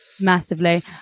massively